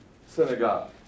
synagogue